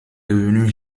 devenue